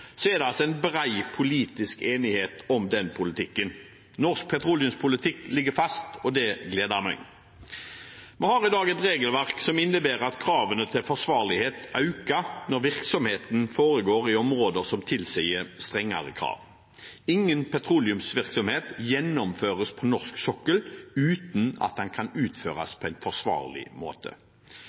er det bred politisk enighet om den politikken. Norsk petroleumspolitikk ligger fast, og det gleder meg. Vi har i dag et regelverk som innebærer at kravene til forsvarlighet øker når virksomheten foregår i områder som tilsier strengere krav. Ingen petroleumsvirksomhet gjennomføres på norsk sokkel uten at den kan utføres på en forsvarlig måte.